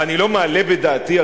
ואני לא מעלה בדעתי,